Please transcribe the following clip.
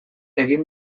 egin